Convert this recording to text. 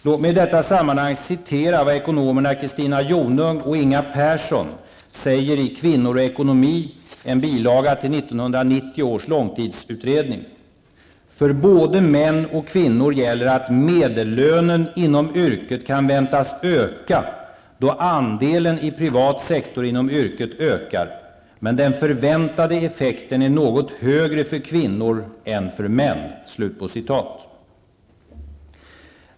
Låt mig i detta sammanhang citera vad ekonomerna Christina Jonung och Inga Persson säger i ''Kvinnor och ekonomi'', en bilaga till 1990 ''För både män och kvinnor gäller att medellönen inom yrket kan väntas öka då andelen i privat sektor inom yrket ökar, men den förväntade effekten är något högre för kvinnor än för män.''